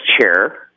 chair